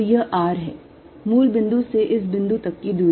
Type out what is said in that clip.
तो यह r है मूल बिंदु से इस बिंदु तक की दूरी